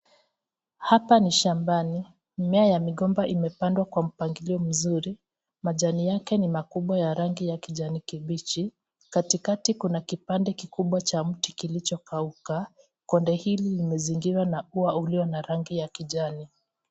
Hapa ni shambani mimea ya migomba imepandwa kwa Mpangilio mzuri majani yake ni makubwa na yenye rangi ya kijani kibichi katikati kuna kipande kikubwa kilichokauka konde huu imezungumza na ua wa kijani.